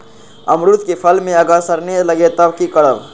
अमरुद क फल म अगर सरने लगे तब की करब?